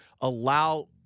allow